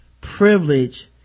privilege